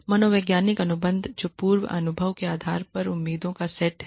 मनोवैज्ञानिक अनुबंध जो पूर्व अनुभव के आधार पर उम्मीदों का सेट है